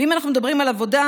ואם אנחנו מדברים על עבודה,